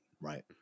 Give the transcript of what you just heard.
Right